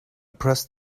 pressed